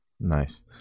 Nice